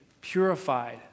purified